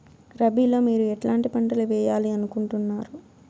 రబిలో మీరు ఎట్లాంటి పంటలు వేయాలి అనుకుంటున్నారు?